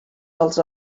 dels